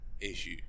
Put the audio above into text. issue